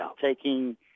taking